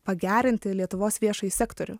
pagerinti lietuvos viešąjį sektorių